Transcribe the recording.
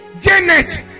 janet